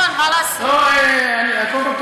שהיה, אה, אסור לדבר.